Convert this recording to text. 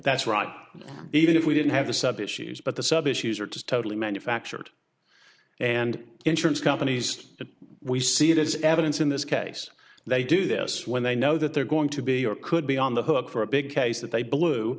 that's right even if we didn't have the sub issues but the sub issues are totally manufactured and insurance companies that we see there's evidence in this case they do this when they know that they're going to be or could be on the hook for a big case that they blew